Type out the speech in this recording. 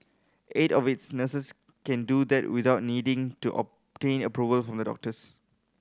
eight of its nurses can do that without needing to obtain approval from the doctors